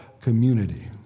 community